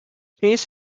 piece